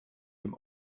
dem